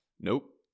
nope